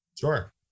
Sure